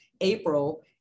April